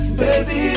baby